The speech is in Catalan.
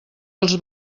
els